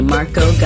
Marco